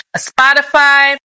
Spotify